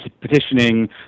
petitioning